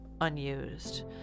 unused